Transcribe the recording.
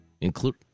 Include